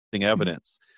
evidence